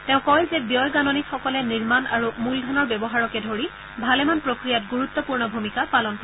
তেওঁ লগতে কয় যে ব্যয় গাণনিকসকলে নিৰ্মাণ আৰু মূলধনৰ ব্যৱহাৰকে ধৰি ভালেমান প্ৰক্ৰিয়াত গুৰুত্বপূৰ্ণ ভূমিকা পালন কৰে